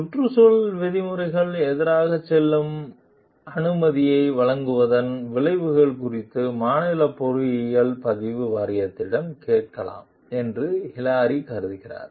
சுற்றுச்சூழல் விதிமுறைகளுக்கு எதிராக செல்லும் அனுமதியை வழங்குவதன் விளைவுகள் குறித்து மாநில பொறியியல் பதிவு வாரியத்திடம் கேட்கலாமா என்று ஹிலாரி கருதுகிறார்